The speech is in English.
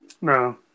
No